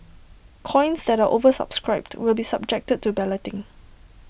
coins that are oversubscribed will be subjected to balloting